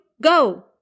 go